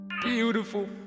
beautiful